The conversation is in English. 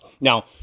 Now